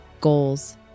goals